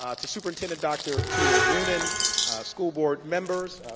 um to superintendent, dr peter noonan school board members,